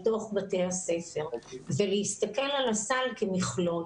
תוך בתי הספר ולהסתכל על הסל כמכלול